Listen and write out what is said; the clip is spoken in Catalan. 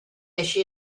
així